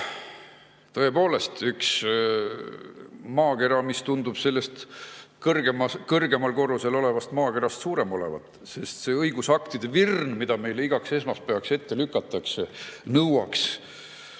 Tõepoolest on üks maakera, mis tundub sellest kõrgemal korrusel olevast maakerast suurem olevat, sest see õigusaktide virn, mida meile igaks esmaspäevaks ette lükatakse, nõuaks